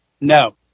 no